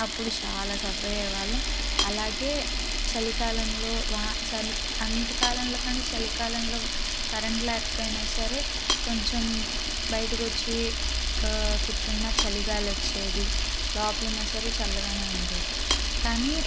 అప్పుడు చాలా సఫర్ అయ్యేవాళ్ళం అలాగే చలికాలంలో వా చలి అన్నిటి కాలంలో కన్నా చలికాలంలో కరెంట్ లేకపోయినా సరే కొంచెం బయటకు వచ్చి కూర్చున్న చలిగాలి వచ్చేది లోపల ఉన్న సరే చల్లగానే ఉంది కానీ